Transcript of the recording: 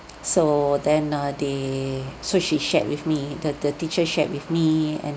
so then uh they so she shared with me the the teacher shared with me and